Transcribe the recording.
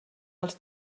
els